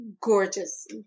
gorgeous